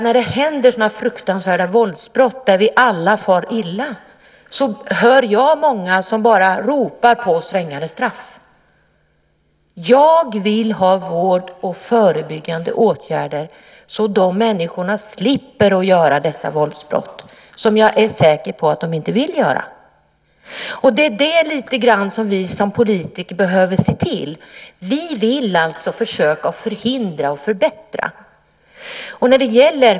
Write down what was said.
När det händer sådana fruktansvärda våldsbrott där vi alla far illa hör jag många som bara ropar på strängare straff. Jag vill ha vård och förebyggande åtgärder så att dessa människor slipper begå dessa våldsbrott. Jag är säker på att de inte vill begå dem. Det behöver vi som politiker se till. Vi vill alltså försöka förhindra och förbättra.